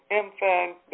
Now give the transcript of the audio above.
infant